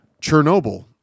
Chernobyl